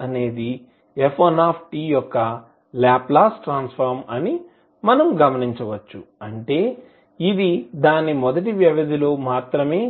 F1 అనేది f1 యొక్క Laplace transform అని మనం గమనించవచ్చు అంటే ఇది దాని మొదటి వ్యవధిలో మాత్రమే